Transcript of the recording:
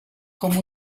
com